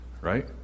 right